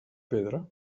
pedra